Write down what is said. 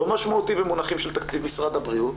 לא משמעותי במונחים של תקציב משרד הבריאות,